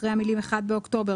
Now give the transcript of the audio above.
אחרי המילים '1 באוקטובר',